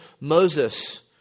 Moses